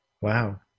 Wow